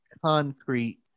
concrete